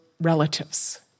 relatives